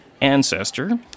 ancestor